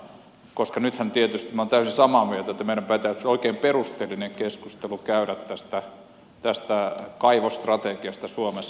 minä olen täysin samaa mieltä että meidän täytyisi nyt oikein perusteellinen keskustelu käydä tästä kaivosstrategiasta suomessa